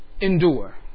endure